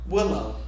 Willow